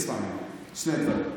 תשמע ממני, שני דברים.